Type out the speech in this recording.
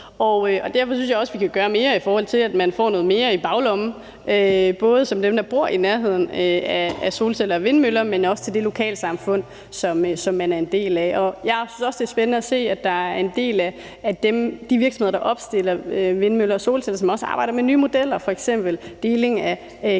Derfor synes jeg også, vi kan gøre mere, så man får noget mere i baglommen. Det gælder både dem, der bor i nærheden af solceller og vindmøller, men også det lokalsamfund, som man er en del af. Jeg synes også, det er spændende at se, at der er en del af de virksomheder, der opstiller vindmøller og solceller, som også arbejder med nye modeller, f.eks. deling af gratis